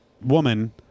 woman